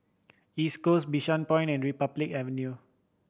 East Coast Bishan Point and Republic Avenue